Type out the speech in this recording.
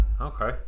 Okay